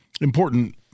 Important